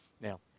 Now